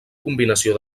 combinació